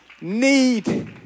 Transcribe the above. need